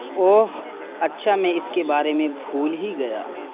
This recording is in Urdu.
اوہ اچھا میں اس کے بارے میں بھول ہی گیا